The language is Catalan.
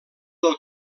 del